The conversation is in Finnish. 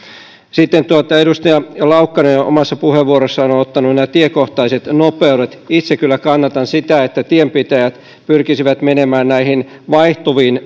sitten edustaja laukkanen omassa puheenvuorossaan on on ottanut esille nämä tiekohtaiset nopeudet itse kyllä kannatan sitä että tienpitäjät pyrkisivät menemään vaihtuviin